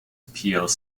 plc